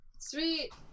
Sweet